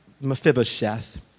Mephibosheth